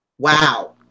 Wow